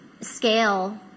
scale